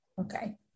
Okay